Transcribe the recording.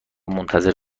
منتظر